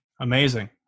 Amazing